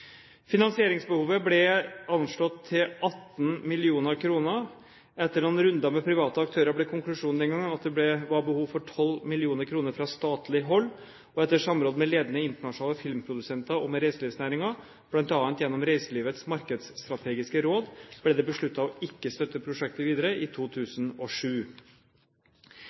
Finansieringsbehovet ble anslått til 18 mill. kr. Etter noen runder med private aktører ble konklusjonen den gang at det var behov for 12 mill. kr fra statlig hold, og etter samråd med ledende internasjonale filmprodusenter og med reiselivsnæringen, bl.a. gjennom reiselivets markedsstrategiske råd, ble det besluttet ikke å støtte prosjektet videre i 2007.